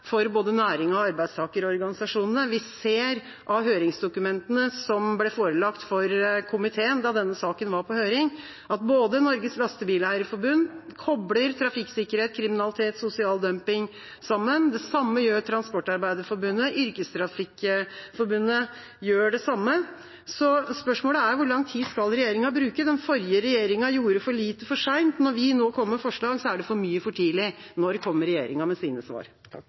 for både næringa og arbeidstakerorganisasjonene. Vi ser av høringsdokumentene som ble forelagt for komiteen da denne saken var på høring, at Norges Lastebileier-Forbund kobler trafikksikkerhet, kriminalitet og sosial dumping sammen. Det samme gjør Transportarbeiderforbundet. Yrkestrafikkforbundet gjør det samme. Så spørsmålet er, hvor lang tid skal regjeringa bruke? Den forrige regjeringa gjorde for lite for seint. Når vi nå kommer med forslag, er det for mye for tidlig. Når kommer regjeringa med sine svar?